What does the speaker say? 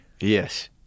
yes